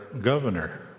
governor